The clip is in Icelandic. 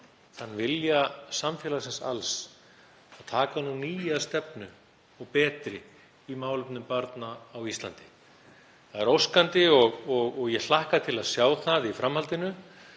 þann vilja samfélagsins alls að taka nýja stefnu og betri í málefnum barna á Íslandi. Það er óskandi og ég hlakka til að sjá það í framhaldinu